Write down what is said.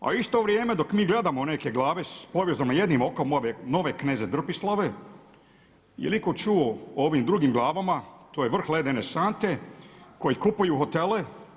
A u isto vrijeme dok mi gledamo neke glave povezane jednim okom nove kneze drpislave jel iko čuo o ovim drugim glavama to je vrh ledene sante koji kupuju hotele.